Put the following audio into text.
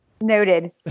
Noted